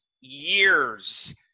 years